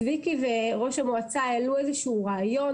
צביקי וראש המועצה העלו איזשהו רעיון,